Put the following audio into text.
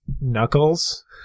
knuckles